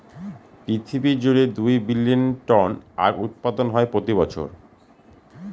পৃথিবী জুড়ে দুই বিলীন টন আখ উৎপাদন হয় প্রতি বছর